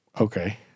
okay